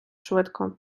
швидко